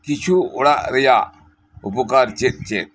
ᱠᱤᱪᱷᱩ ᱚᱲᱟᱜ ᱨᱮᱭᱟᱜ ᱩᱯᱚᱠᱟᱨ ᱪᱮᱫ ᱪᱮᱫ